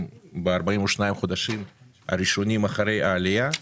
ב-42 החודשים הראשונים אחרי העלייה,